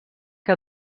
que